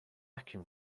vacuum